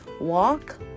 walk